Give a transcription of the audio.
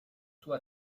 sua